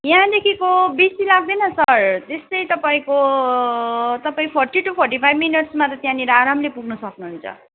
यहाँदेखिको बेसी लाग्दैन सर त्यस्तै तपाईँको तपाईँ फोर्टी टू फोर्टी फाइभ मिनट्समा त त्यहाँनिर आरामले पुग्न सक्नुहुन्छ